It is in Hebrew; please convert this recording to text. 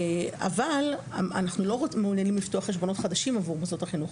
אבל אנחנו לא מעוניינים לפתוח חשבונות חדשים עבור מוסדות החינוך.